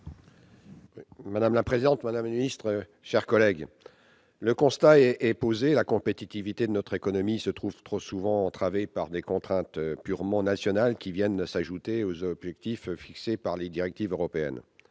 La parole est à M. Daniel Gremillet. Le constat est posé : la compétitivité de notre économie se trouve trop souvent entravée par des contraintes purement nationales, qui viennent s'ajouter aux objectifs fixés par les directives européennes.